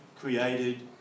created